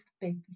baby